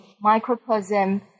microcosm